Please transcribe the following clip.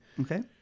Okay